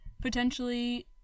potentially